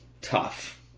tough